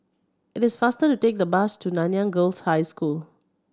it is faster to take the bus to Nanyang Girls' High School